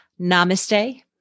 Namaste